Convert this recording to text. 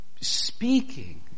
speaking